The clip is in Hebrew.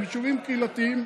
הם יישובים קהילתיים,